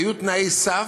היו תנאי סף,